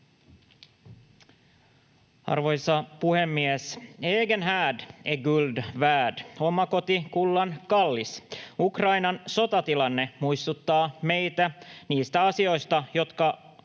Arvoisa puhemies! ”Egen härd är guld värd” — ”Oma koti kullan kallis”. Ukrainan sotatilanne muistuttaa meitä niistä asioista, jotka